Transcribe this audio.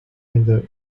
into